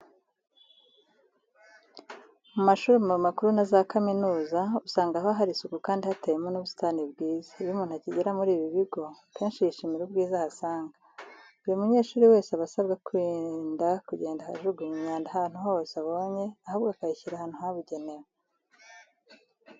Mu mashuri makuru na za kaminuza usanga haba hari isuku kandi hateyemo n'ubusitani bwiza. Iyo umuntu akigera muri ibi bigo, akenshi yishimira ubwiza ahasanga. Buri munyeshuri wese aba asabwa kwirinda kugenda ajugunya imyanda ahantu hose abonye ahubwo akayishyira ahantu habugenewe.